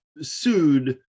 sued